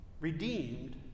redeemed